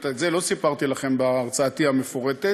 את זה לא סיפרתי לכם בהרצאתי המפורטת,